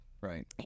Right